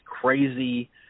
crazy